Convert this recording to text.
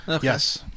Yes